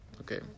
okay